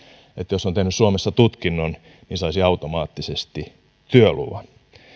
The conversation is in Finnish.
jos on tehnyt suomessa tutkinnon niin saisi automaattisesti työluvan